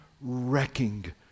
wrecking